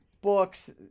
books